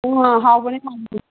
ꯎꯝ ꯍꯥꯎꯕꯅꯤ